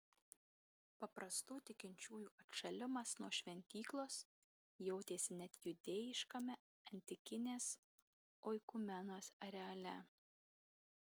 paprastų tikinčiųjų atšalimas nuo šventyklos jautėsi net judėjiškame antikinės oikumenos areale